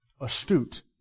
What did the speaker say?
astute